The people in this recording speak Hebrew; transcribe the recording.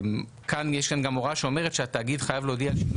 כאן יש גם הוראה שאומרת שהתאגיד חייב להודיע על שינוי